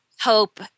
hope